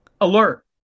alert